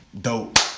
dope